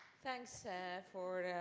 thanks so for